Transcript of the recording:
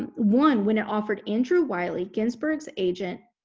and won when it offered andrew wiley, ginsberg's agent,